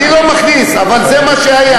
כן, אני לא מכניס, אבל זה מה שהיה.